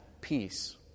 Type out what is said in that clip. peace